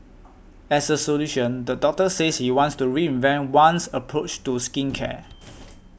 as a solution the doctor says you wants to reinvent one's approach to skincare